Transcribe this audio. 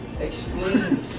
Explain